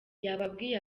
yababwiye